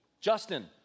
Justin